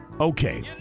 Okay